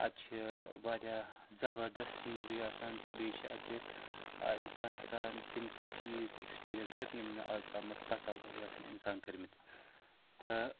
اَتہِ چھِ واریاہ زبردَس سیٖنری آسان تہٕ بیٚیہِ چھِ اَتہِ اِنسان ہٮ۪کان تِم تِم چیٖز اٮ۪کٕسپیٖریَنٕس کٔرِتھ یِم نہٕ آز تامَتھ تَصوُر آسن اِنسان کٔرۍ مٕتۍ تہٕ